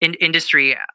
industry